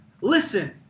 Listen